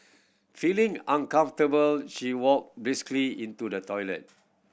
feeling uncomfortable she walked briskly into the toilet